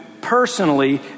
personally